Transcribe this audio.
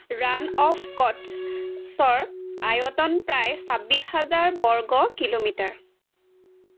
run of কচ্চৰ আয়তন প্ৰায় ছাব্বিছ হাজাৰ বৰ্গ কিলোমিটাৰ